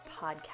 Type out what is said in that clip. podcast